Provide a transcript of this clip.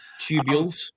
Tubules